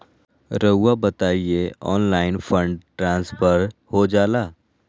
रहुआ बताइए online fund transfer हो जाला?